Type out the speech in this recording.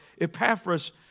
Epaphras